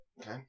Okay